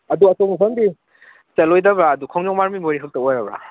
ꯑꯗꯣ ꯑꯇꯣꯞꯄ ꯃꯐꯝꯗꯤ ꯆꯠꯂꯣꯏꯗꯕ꯭ꯔꯥ ꯑꯗꯨ ꯈꯣꯡꯖꯣꯝ ꯋꯥꯔ ꯃꯦꯃꯣꯔꯤꯌꯦꯜ ꯈꯛꯇ ꯑꯣꯏꯔꯕ꯭ꯔꯥ